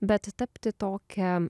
bet tapti tokia